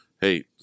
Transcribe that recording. hey